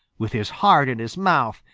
with his heart in his mouth,